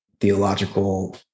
theological